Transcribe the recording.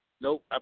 Nope